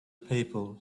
people